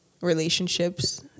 relationships